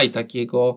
takiego